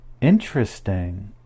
interesting